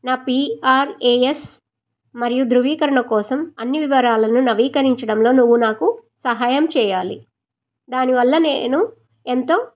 నా పీఆర్ఏఎస్ మరియు ధ్రువీకరణ కోసం అన్ని వివరాలను నవీకరించడంలో నువ్వు నాకు సహాయం చేయాలి దానివల్ల నేను ఎంతో